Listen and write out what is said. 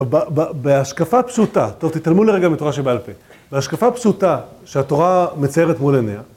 בהשקפה פשוטה, טוב תתעלמו לרגע מתורה שבעל פה, בהשקפה פשוטה, שהתורה מציירת מול עיניה